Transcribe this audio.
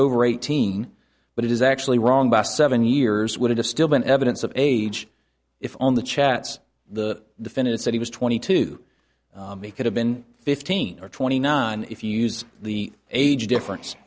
over eighteen but it is actually wrong about seven years would have still been evidence of age if on the chats the defendant said he was twenty two he could have been fifteen or twenty nine if you use the age difference